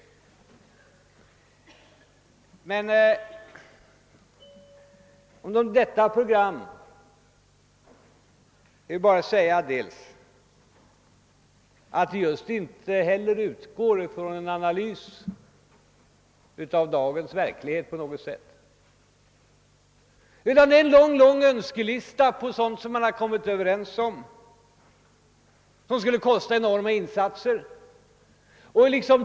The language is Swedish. Om detta program vill jag bara säga att det inte på något sätt utgår från en analys av dagens verklighet, utan det är en lång lång önskelista på sådant som man kommit överens om, åtgärder som skulle kosta enorma insatser.